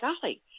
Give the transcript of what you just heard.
golly